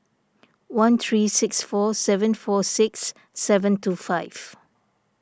one three six four seven four six seven two five